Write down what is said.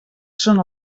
són